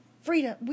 freedom